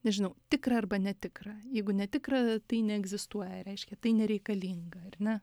nežinau tikra arba netikra jeigu netikra tai neegzistuoja reiškia tai nereikalinga ar ne